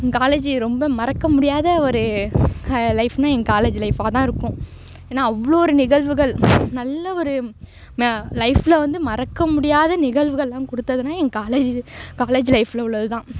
எங்கள் காலேஜு ரொம்ப மறக்கமுடியாத ஒரு லைஃப்புனா எங்கள் காலேஜு லைஃபாக தான் இருக்கும் ஏன்னா அவ்வளோ ஒரு நிகழ்வுகள் நல்ல ஒரு லைஃப்பில் வந்து மறக்கமுடியாத நிகழ்வுகள்லாம் கொடுத்ததுன்னா எங்கள் காலேஜு காலேஜு லைஃப்பில் உள்ளதுதான்